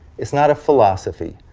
it's not a philosophy.